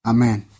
Amen